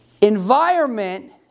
Environment